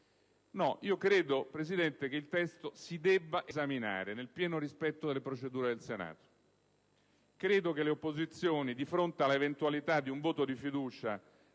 No, io credo, signor Presidente, che il testo si debba esaminare nel pieno rispetto delle procedure del Senato. Credo che le opposizioni, di fronte all'eventualità di un voto di fiducia,